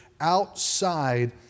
outside